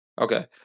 Okay